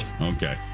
Okay